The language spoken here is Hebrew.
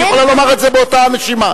את יכולה לומר את זה באותה נשימה.